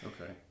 okay